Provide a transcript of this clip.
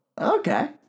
okay